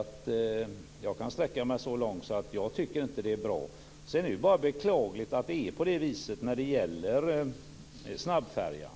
Jag kan sträcka mig så långt som att säga att jag inte tycker att det är bra. Sedan är det bara beklagligt att det är som det är när det gäller snabbfärjan.